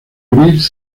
gris